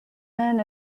men